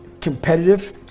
competitive